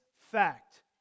fact